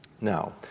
Now